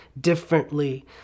differently